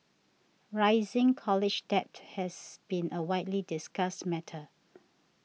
rising college debt has been a widely discussed matter